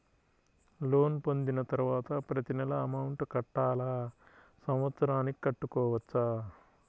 Loan పొందిన తరువాత ప్రతి నెల అమౌంట్ కట్టాలా? సంవత్సరానికి కట్టుకోవచ్చా?